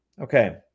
Okay